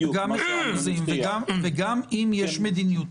גם את האחוזים וגם להבהיר אם יש מדיניות.